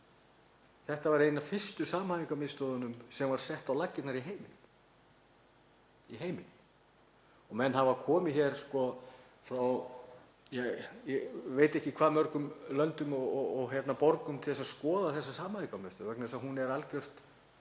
Þetta var ein af fyrstu samhæfingarmiðstöðvunum sem var sett á laggirnar í heiminum. Menn hafa komið frá, ég veit ekki hvað mörgum löndum og borgum til að skoða þessa samhæfingarmiðstöð vegna þess að hún er algjör